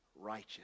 righteous